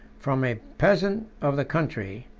from a peasant of the country,